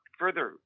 further